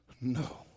No